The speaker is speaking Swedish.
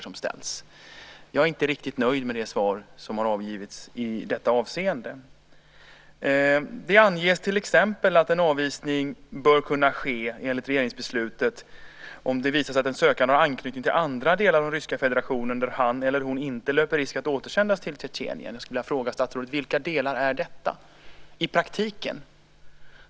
I detta avseende är jag inte riktigt nöjd med det svar som avgivits. Det anges till exempel att avvisning bör kunna ske, enligt regeringsbeslut, om det visar sig att den sökande har anknytning till andra delar av Ryska federationen där han eller hon inte löper risk att återsändas till Tjetjenien. Vilka delar är det i praktiken?